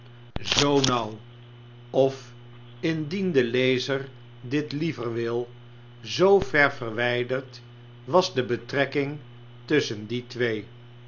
zoo nauw of indien de lezer dit liever wil zoo ver verwijderd was de betrekking tusschen die twee